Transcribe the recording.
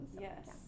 Yes